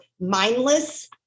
mindless